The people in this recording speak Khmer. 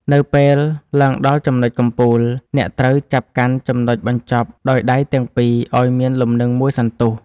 នៅពេលឡើងដល់ចំណុចកំពូល អ្នកត្រូវចាប់កាន់ចំណុចបញ្ចប់ដោយដៃទាំងពីរឱ្យមានលំនឹងមួយសន្ទុះ។